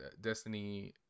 Destiny